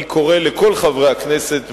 אני קורא לכל חברי הכנסת,